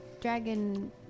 dragon